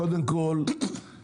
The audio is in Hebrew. כשרוצים לחבר צינור ביוב,